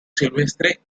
silvestre